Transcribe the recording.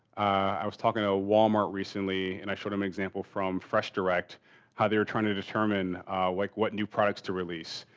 i was talking to walmart recently and i showed him an example from fresh direct how they were trying to determine like what new products to release.